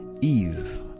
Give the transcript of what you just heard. Eve